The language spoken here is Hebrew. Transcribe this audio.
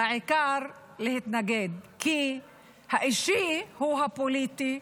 העיקר להתנגד, כי האישי הוא הפוליטי,